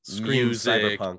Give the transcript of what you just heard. music